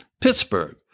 Pittsburgh